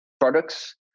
products